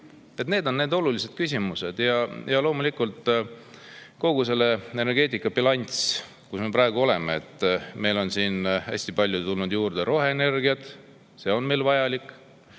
Need on olulised küsimused. Ja loomulikult kogu energeetika bilanss, see, kus me praegu oleme. Meil on hästi palju tulnud juurde roheenergiat, see on meile vajalik.